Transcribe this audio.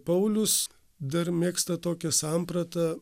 paulius dar mėgsta tokią sampratą